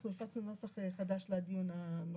אנחנו הפצנו נוסח חדש לדיון הנוכחי.